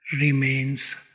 remains